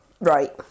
Right